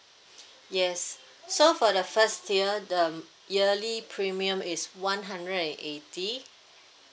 yes so for the first year the um yearly premium is one hundred and eighty